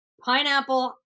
Pineapple